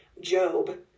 Job